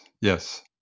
yes